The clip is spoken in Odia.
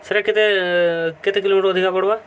ସେଟା କେତେ କେତେ କିଲୋମିଟର ଅଧିକା ପଡ଼ବା